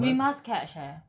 we must catch eh